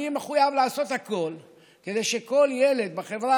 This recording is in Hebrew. אני מחויב לעשות הכול כדי שכל ילד בחברה